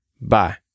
Bye